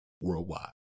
worldwide